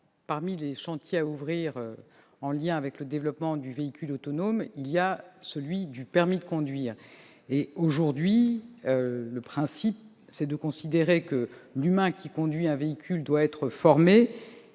Parmi les chantiers à ouvrir en lien avec le développement du véhicule autonome, il y a effectivement celui du permis de conduire. Aujourd'hui, on considère que l'humain qui conduit un véhicule doit être formé,